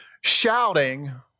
shouting